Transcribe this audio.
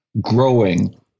growing